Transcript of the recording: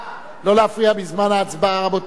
לא להפריע בזמן ההצבעה, רבותי.